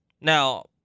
Now